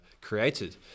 created